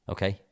Okay